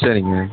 சரிங்க